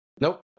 Nope